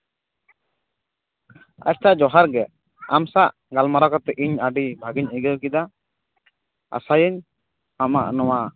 ᱟᱪᱪᱷᱟ ᱡᱚᱦᱟᱨᱜᱮ ᱟᱢ ᱥᱟᱶ ᱜᱟᱞᱢᱟᱨᱟᱣ ᱠᱟᱛᱮᱫ ᱤᱧ ᱟᱹᱰᱤ ᱵᱷᱟᱹᱜᱤᱧ ᱟᱹᱭᱠᱟᱹᱣ ᱠᱮᱫᱟ ᱟᱥᱟᱭᱟᱹᱧ ᱟᱢᱟᱜ ᱱᱚᱣᱟ